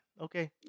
okay